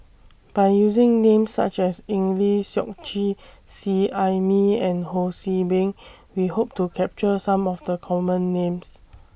By using Names such as Eng Lee Seok Chee Seet Ai Mee and Ho See Beng We Hope to capture Some of The Common Names